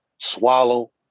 swallow